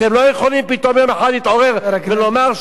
אתם לא יכולים פתאום יום אחד להתעורר ולומר: